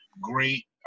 great